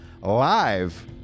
live